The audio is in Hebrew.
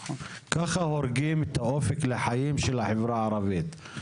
ככה הורגים את האופק לחיים של החברה הערבית.